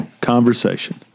Conversation